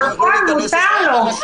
נכון, מותר לו.